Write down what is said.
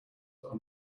are